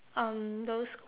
um those